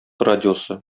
радиосы